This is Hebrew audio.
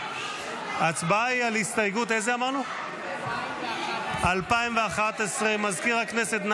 היא על הסתייגות 2011. מזכיר הכנסת,